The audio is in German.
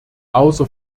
außer